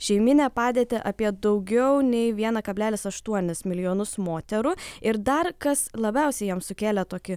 šeiminę padėtį apie daugiau nei vieną kablelis aštuonis milijonus moterų ir dar kas labiausiai jam sukėlė tokį